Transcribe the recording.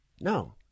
no